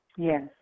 Yes